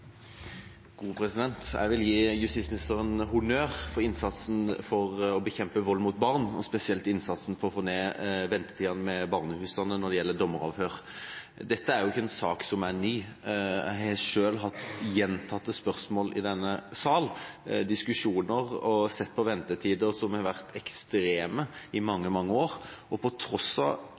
Jeg vil gi justisministeren honnør for innsatsen for å bekjempe vold mot barn, og spesielt innsatsen for å få ned ventetida ved barnehusene når det gjelder dommeravhør. Dette er jo ikke en sak som er ny. Jeg har selv hatt gjentatte spørsmål i denne sal, diskusjoner, og sett på ventetider som har vært ekstreme i mange, mange år. Og på tross av